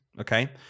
Okay